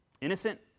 innocent